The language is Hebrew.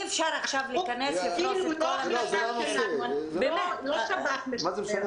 אי אפשר עכשיו להיכנס ולפרוש את כל המשנה של --- לא שב"ס משחרר.